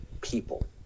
people